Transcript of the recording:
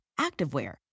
activewear